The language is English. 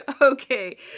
okay